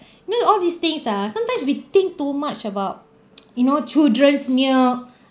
you know all these things ah sometimes we think too much about you know children punya